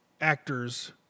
actors